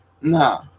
No